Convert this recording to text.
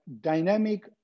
dynamic